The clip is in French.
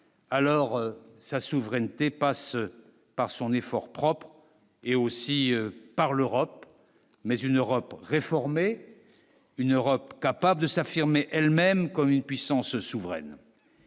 alors sa souveraineté passe par son effort propre et aussi par l'Europe mais une Europe réformé une Europe capable de s'affirmer elle-même comme une puissance souveraine.